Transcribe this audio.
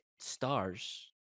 stars